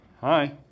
Hi